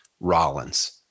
Rollins